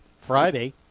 Friday